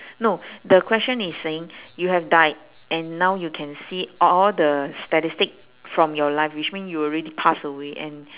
no the question is saying you have died and now you can see all the statistic from your life which mean you already passed away and